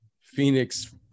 Phoenix